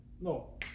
No